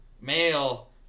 male